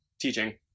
teaching